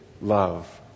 Love